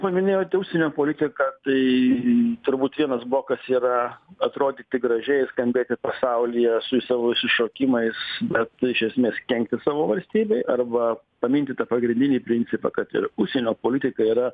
paminėjot užsienio politiką tai turbūt vienas blokas yra atrodyti gražiai skambėti pasaulyje su savo išsišokimais bet iš esmės kenkti savo valstybei arba paminti tą pagrindinį principą kad ir užsienio politika yra